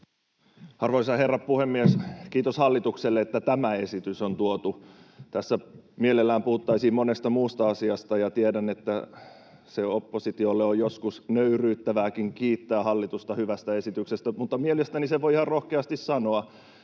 Arvoisa herra puhemies! Kiitos hallitukselle, että tämä esitys on tuotu. Tässä mielellään puhuttaisiin monesta muusta asiasta, ja tiedän, että oppositiolle on joskus nöyryyttävääkin kiittää hallitusta hyvästä esityksestä, [Oikealta: Ei ole!] mutta mielestäni sen voi ihan rohkeasti sanoa.